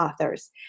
Authors